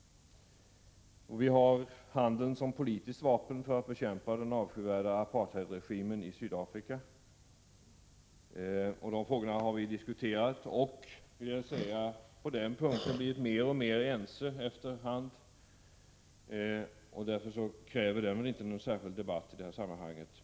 Vi har också handeln som politiskt vapen för att bekämpa den avskyvärda apartheidregimen i Sydafrika. Denna senare fråga har vi diskuterat nyligen, och på den punkten blivit mer och mer ense efter hand. Därför krävs inte någon särskild debatt i detta sammanhang.